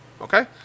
okay